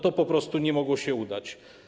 To po prostu nie mogło się udać.